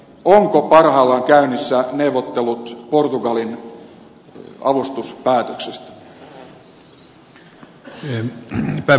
ovatko parhaillaan käynnissä neuvottelut portugalin avustuspäätöksestä